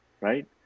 right